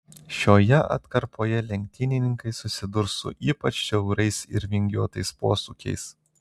šioje atkarpoje lenktynininkai susidurs su ypač siaurais ir vingiuotais posūkiais